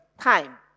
time